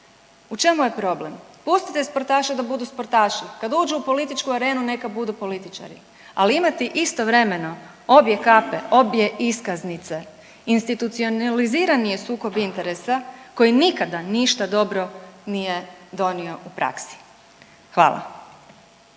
U čemu je problem, pustite sportaše da budu sportaši, kad uđu u političku arenu neka budu političari, ali imati istovremeno obje kape, obje iskaznice institucionalizirani je sukob interesa koji nikada ništa dobro nije donio u praksi. Hvala.